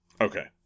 okay